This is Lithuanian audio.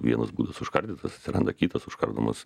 vienas būdas užkardytas atsiranda kitas užkardomas